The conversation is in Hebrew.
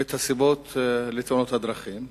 את הסיבות לתאונות הדרכים,